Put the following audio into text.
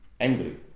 angry